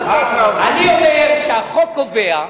אני אומר שהחוק קובע,